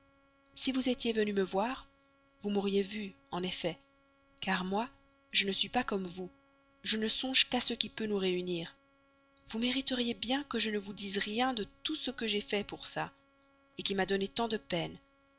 si vous étiez venu pour me voir vous m'auriez vue en effet car moi je ne suis pas comme vous je ne songe qu'à ce qui peut nous réunir vous mériteriez que je ne vous dise rien de tout ce que j'ai fait pour ça qui m'a donné tant de peine